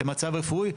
למצב רפואי,